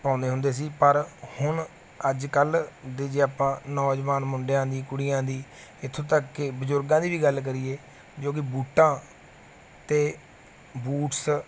ਪਾਉਂਦੇ ਹੁੰਦੇ ਸੀ ਪਰ ਹੁਣ ਅੱਜ ਕੱਲ੍ਹ ਦੇ ਜੇ ਆਪਾਂ ਨੌਜਵਾਨ ਮੁੰਡਿਆਂ ਦੀ ਕੁੜੀਆਂ ਦੀ ਇੱਥੋਂ ਤੱਕ ਕਿ ਬਜ਼ੁਰਗਾਂ ਦੀ ਵੀ ਗੱਲ ਕਰੀਏ ਜੋ ਕਿ ਬੂਟਾਂ ਅਤੇ ਬੂਟਸ